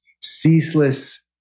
ceaseless